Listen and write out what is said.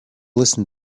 listen